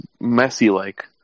Messy-like